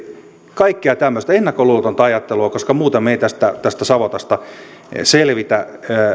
kaikkea tämmöistä ennakkoluulotonta ajattelua tarvitaan koska muuten me emme tästä savotasta selviä